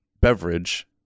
beverage